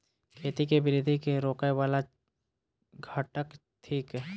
खेती केँ वृद्धि केँ रोकय वला घटक थिक?